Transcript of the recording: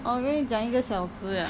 orh means 讲一个小时了